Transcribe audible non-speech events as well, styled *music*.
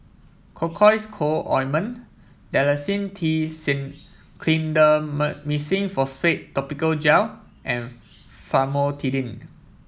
Cocois Co Ointment Dalacin T *unintelligible* Clindamycin Phosphate Topical Gel and Famotidine